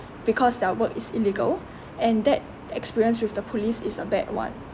because their work is illegal and that experience with the police is a bad one